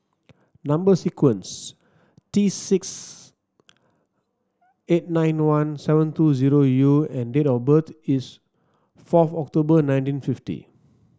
number sequence T six eight nine one seven two zero U and date of birth is fourth October nineteen fifty